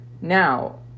now